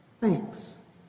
Thanks